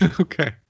Okay